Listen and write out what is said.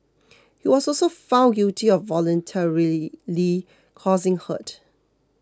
he was also found guilty of voluntarily causing hurt